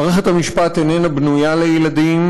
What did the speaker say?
מערכת המשפט איננה בנויה לילדים,